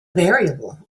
variable